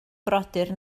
brodyr